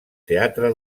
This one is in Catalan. teatre